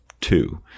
two